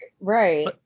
Right